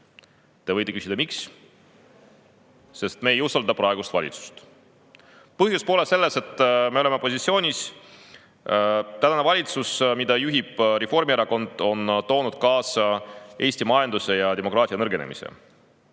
Te võite küsida, miks. Sest me ei usalda praegust valitsust. Põhjus pole selles, et me oleme opositsioonis. Tänane valitsus, mida juhib Reformierakond, on toonud kaasa Eesti majanduse ja demokraatia nõrgenemise.